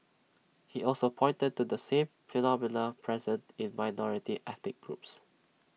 he also pointed to the same phenomena present in minority ethnic groups